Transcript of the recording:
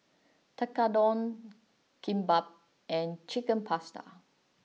Tekkadon Kimbap and Chicken Pasta